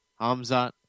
Hamzat